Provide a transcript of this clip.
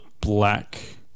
Black